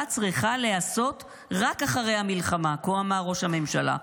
צריכה להיעשות רק אחרי המלחמה" כה אמר ראש הממשלה.